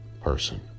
person